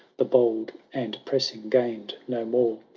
the bold and pressing gain'd no more.